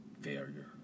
failure